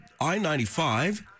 I-95